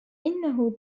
إنه